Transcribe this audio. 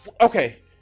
Okay